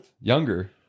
Younger